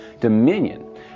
dominion